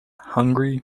hungry